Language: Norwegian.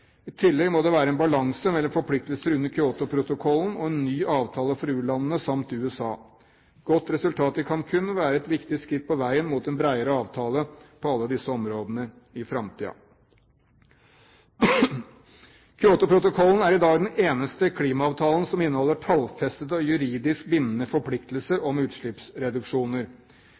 I tillegg må det være en balanse mellom forpliktelser under Kyotoprotokollen og en ny avtale for u-landene samt USA. Et godt resultat i Cancún vil være et viktig skritt på veien mot en bredere avtale på alle disse områdene i framtiden. Kyotoprotokollen er i dag den eneste klimaavtalen som inneholder tallfestede og juridisk bindende forpliktelser om utslippsreduksjoner.